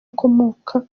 akomoka